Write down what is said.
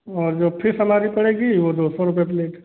और जो फिस हमारी पड़ेगी वो दो सौ रुपये प्लेट